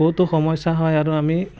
বহুতো সমস্যা হয় আৰু আমি